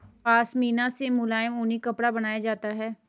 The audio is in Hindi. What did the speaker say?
पशमीना से मुलायम ऊनी कपड़ा बनाया जाता है